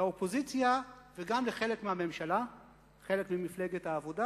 לאופוזיציה, וגם לחלק מהממשלה חלק ממפלגת העבודה,